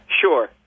sure